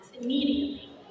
immediately